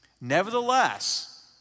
Nevertheless